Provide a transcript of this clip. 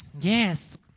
Yes